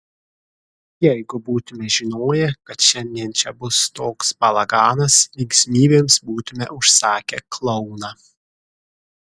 jeigu būtumėme žinoję kad šiandien čia bus toks balaganas linksmybėms būtumėme užsakę klouną